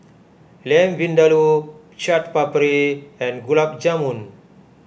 Lamb Vindaloo Chaat Papri and Gulab Jamun